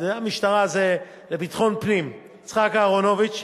שזה השר לביטחון הפנים, יצחק אהרונוביץ,